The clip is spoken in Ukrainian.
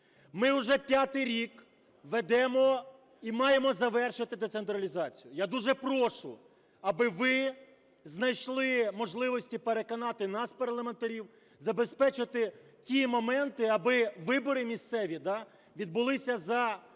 Ми вже п'ятий рік ведемо і маємо завершити децентралізацію. Я дуже прошу, аби ви знайшли можливості переконати нас, парламентарів, забезпечити ті моменти, аби вибори місцеві відбулися за правилами,